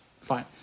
Fine